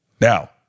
Now